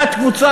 תת-קבוצה,